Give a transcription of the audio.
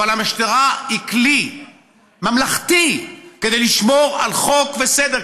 אבל המשטרה היא כלי ממלכתי כדי לשמור על חוק וסדר,